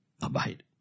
abide